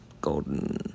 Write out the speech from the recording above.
golden